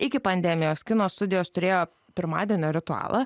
iki pandemijos kino studijos turėjo pirmadienio ritualą